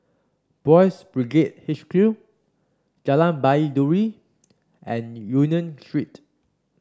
Boys' Brigade H Q Jalan Baiduri and Union Street